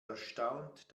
erstaunt